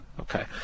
Okay